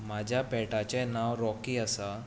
म्हज्या पेटाचें नांव रॉकी आसा